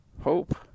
Hope